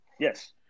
Yes